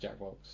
Jackbox